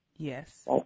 Yes